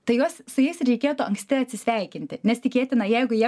tai jos su jais reikėtų anksti atsisveikinti nes tikėtina jeigu jie